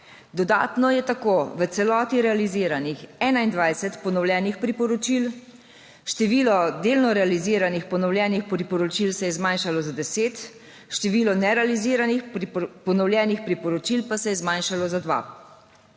Dodatno je tako v celoti realiziranih 21 ponovljenih priporočil, število delno realiziranih ponovljenih priporočil se je zmanjšalo za deset, število nerealiziranih ponovljenih priporočil pa se je zmanjšalo za